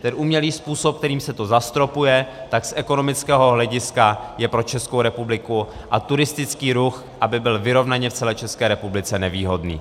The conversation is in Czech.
Ten umělý způsob, kterým se to zastropuje, tak z ekonomického hlediska je pro Českou republiku a turistický ruch, aby byl vyrovnaně v celé České republice, nevýhodný.